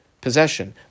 possession